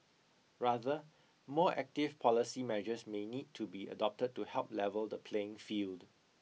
rather more active policy measures may need to be adopted to help level the playing field